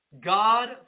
God